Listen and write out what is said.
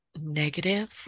negative